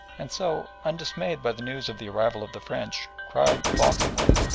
and so, undismayed by the news of the arrival of the french, cried vauntingly,